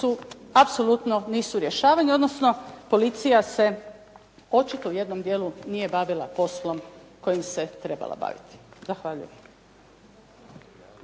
apsolutno nisu rješavani, odnosno policija se očito u jednom dijelu nije bavila poslom kojim se trebala baviti. Zahvaljujem.